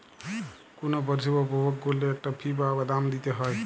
কুনো পরিষেবা উপভোগ কোরলে একটা ফী বা দাম দিতে হই